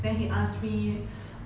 then he ask me